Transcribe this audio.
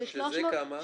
כמה זה?